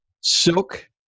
Silk